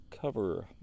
cover